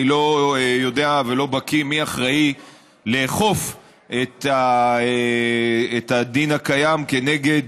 אני לא בקי ולא יודע מי אחראי לאכוף את הדין הקיים כנגד